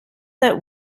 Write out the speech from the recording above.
that